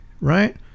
right